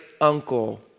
uncle